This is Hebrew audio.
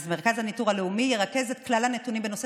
אז מרכז הניטור הלאומי ירכז את כלל הנתונים בנושא